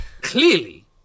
Clearly